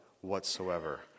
whatsoever